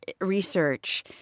research